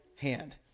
hand